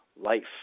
life